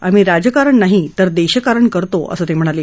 आम्ही राजकारण नाही तर देशकारण करतो असं ते म्हणाले